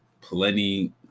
plenty